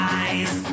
eyes